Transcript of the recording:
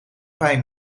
pijn